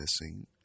missing